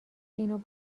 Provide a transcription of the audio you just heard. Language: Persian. اینو